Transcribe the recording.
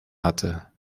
hatte